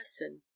person